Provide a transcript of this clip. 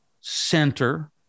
center